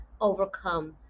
overcome